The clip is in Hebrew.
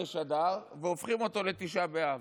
חודש אדר והופכים אותו לתשעה באב,